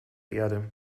erde